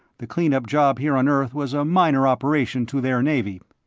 the clean-up job here on earth was a minor operation to their navy.